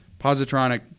positronic